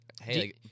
Hey